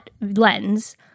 lens